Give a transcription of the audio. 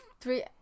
three